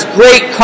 great